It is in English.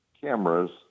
cameras